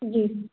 जी